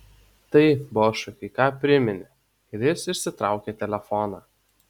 tai bošui kai ką priminė ir jis išsitraukė telefoną